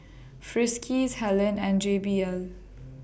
Friskies Helen and J B L